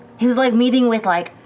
he was like meeting with, like,